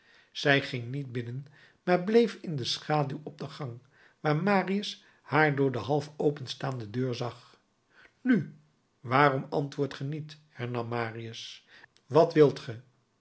zij ging niet binnen maar bleef in de schaduw op de gang waar marius haar door de half openstaande deur zag nu waarom antwoordt ge niet hernam marius wat wilt ge